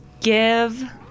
give